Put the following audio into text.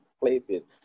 places